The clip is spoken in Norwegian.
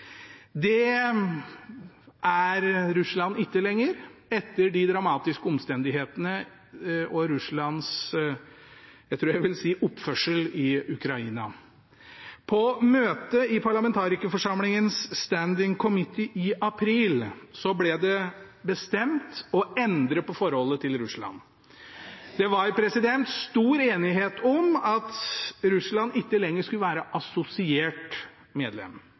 er ikke Russland lenger etter de dramatiske omstendighetene og Russlands – jeg tror jeg vil si – oppførsel i Ukraina. På møte i parlamentarikerforsamlingens Standing committee i april ble det bestemt å endre på forholdet til Russland. Det var stor enighet om at Russland ikke lenger skulle være assosiert medlem.